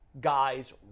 guys